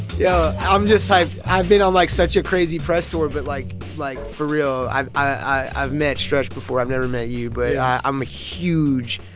yeah i'm just hyped. i've been on, like, such a crazy press tour. but like like, for real, i've i've met stretch before. i've never met you, but i'm a huge,